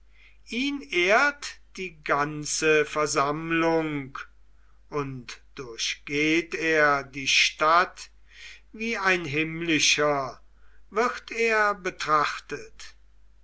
ihn ehrt die ganze versammlung und durchgeht er die stadt wie ein himmlischer wird er betrachtet